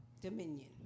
dominion